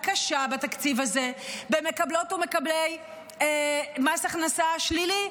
קשה בתקציב הזה במקבלות ובמקבלי מס הכנסה שלילי,